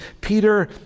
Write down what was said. Peter